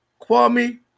Kwame